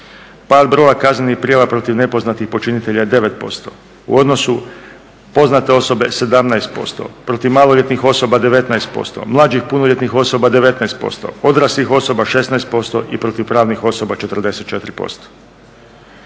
Pad broja kaznenih prijava protiv nepoznatih počinitelja je 9%, u odnosu na poznate osobe 17%, protiv maloljetnih osoba 19%, mlađih punoljetnih osoba 19%, odraslih osoba 16% i protiv pravnih osoba 44%.